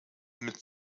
mit